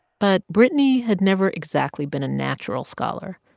but brittany had never exactly been a natural scholar.